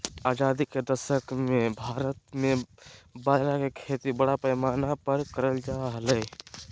आजादी के दशक मे भारत मे बाजरा के खेती बड़ा पैमाना पर करल जा हलय